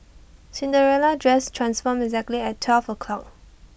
Cinderella's dress transformed exactly at twelve o'clock